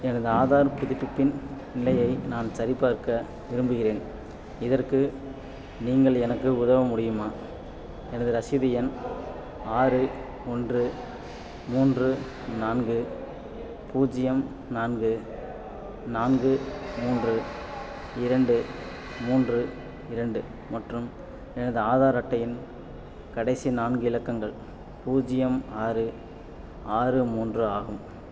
எனது ஆதார் புதுப்பிப்பின் நிலையை நான் சரிபார்க்க விரும்புகிறேன் இதற்கு நீங்கள் எனக்கு உதவ முடியுமா எனது ரசீது எண் ஆறு ஒன்று மூன்று நான்கு பூஜ்யம் நான்கு நான்கு மூன்று இரண்டு மூன்று இரண்டு மற்றும் எனது ஆதார் அட்டையின் கடைசி நான்கு இலக்கங்கள் பூஜ்யம் ஆறு ஆறு மூன்று ஆகும்